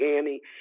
Annie